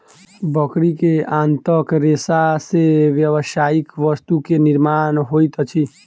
बकरी के आंतक रेशा से व्यावसायिक वस्तु के निर्माण होइत अछि